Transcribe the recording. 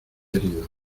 heridos